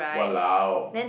!walao!